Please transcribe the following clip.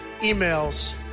emails